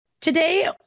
today